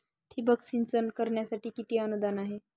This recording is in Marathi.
ठिबक सिंचन करण्यासाठी किती अनुदान आहे?